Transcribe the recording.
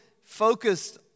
focused